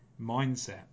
mindset